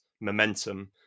momentum